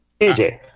DJ